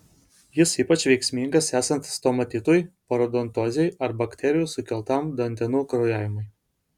jis ypač veiksmingas esant stomatitui parodontozei ar bakterijų sukeltam dantenų kraujavimui